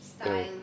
style